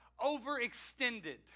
overextended